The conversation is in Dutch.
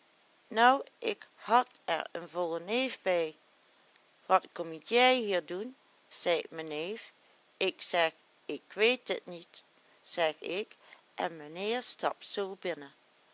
nou ik had er een vollen neef bij wat kom jij hier doen zeit me neef ik zeg ik weet et niet zeg ik en menheer stapt zoo binnen